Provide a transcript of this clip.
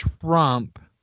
Trump